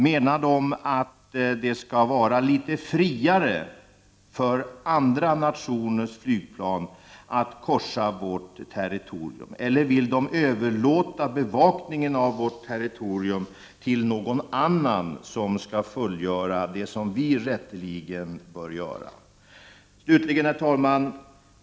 Menar de att det skall vara litet friare för andra nationers flyg att korsa vårt territorium eller vill de överlåta bevakningen av vårt territorium till någon annan för att fullgöra det som rätteligen ankommer på oss? Slutligen, herr talman!